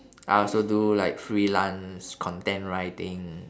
I also do like freelance content writing